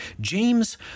James